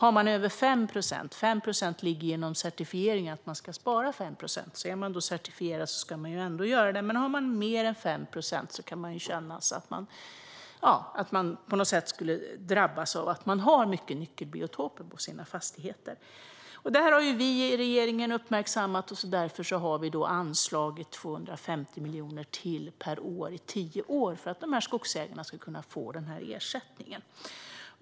I certifieringen ligger det att man ska spara 5 procent, så är man certifierad ska man ju ändå spara så mycket. Men har man mer än 5 procent kan det ju kännas som att man drabbas för att man har många nyckelbiotoper på sina fastigheter. Detta har regeringen uppmärksammat och därför anslagit 250 miljoner till per år i tio år för att dessa skogsägare ska kunna få denna ersättning.